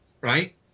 right